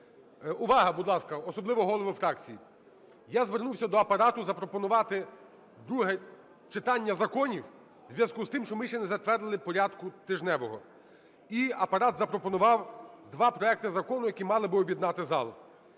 Увага, будь ласка, особливо голови фракцій. Я звернувся до Апарату запропонувати друге читання законів в зв'язку з тим, що ми ще не затвердили порядку тижневого. І Апарат запропонував два проекти закону, які мали би об'єднати зал.